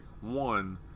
One